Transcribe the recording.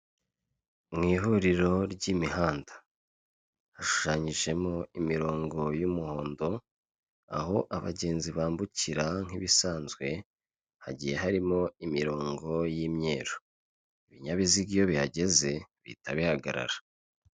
Mu ihuriro ry'imihanda. Hashushanyijemo imirongo y'umuhondo, aho abagenzi bambukira nk'ibisanzwe hagiye harimo imirongo y'imyeru. Ibinyabiziga iyo bihageze bihita bihagarara.